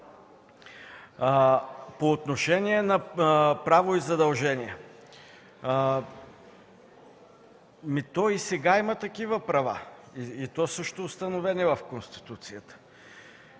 По отношение на право и задължение. То и сега има такива права и то също установени в Конституцията.